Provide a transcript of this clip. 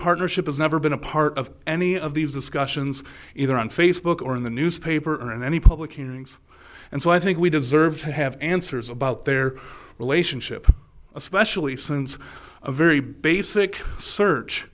partnership has never been a part of any of these discussions either on facebook or in the newspaper or in any public hearing and so i think we deserve to have answers about their relationship especially since a very basic search